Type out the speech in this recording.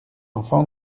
enfant